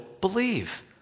believe